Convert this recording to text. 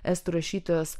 estų rašytojas